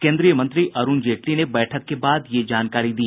केन्द्रीय मंत्री अरुण जेटली ने बैठक के बाद यह जानकारी दी